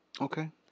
Okay